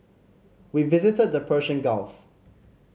we visited the Persian Gulf